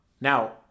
Now